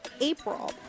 April